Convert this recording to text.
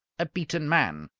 a beaten man.